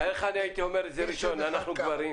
תאר לך הייתי אומר ראשון "אנחנו גברים"?